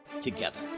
together